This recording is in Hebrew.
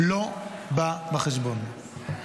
לא בא בחשבון.